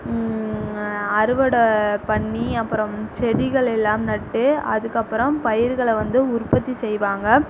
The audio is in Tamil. அறுவடை பண்ணி அப்புறம் செடிகள் எல்லாம் நட்டு அதுக்கப்புறம் பயிர்களை வந்து உற்பத்தி செய்வாங்க